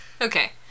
Okay